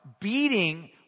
beating